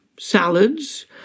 Salads